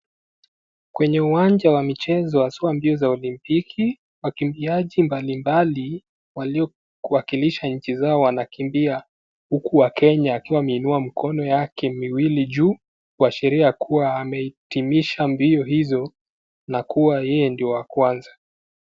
Kwenye uwanja wa michezo haswa mbio za olimpiki, wakimbiaji mbalimbali walio wakilisha nchi zao wanakimbia, huku wa Kenya akiwa ameinua mikono yake miwili juu kuashiria kuwa amehitimisha mbio hizo na kuwa yeye ndiye wa kwanza.